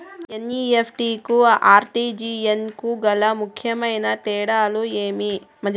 NEFT కు RTGS కు గల ముఖ్యమైన తేడా ఏమి?